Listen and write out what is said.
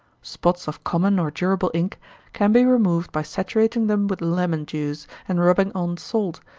spots of common or durable ink can be removed by saturating them with lemon-juice, and rubbing on salt,